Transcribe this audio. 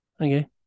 Okay